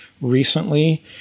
recently